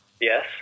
Yes